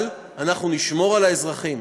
אבל אנחנו נשמור על האזרחים.